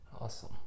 awesome